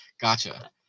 Gotcha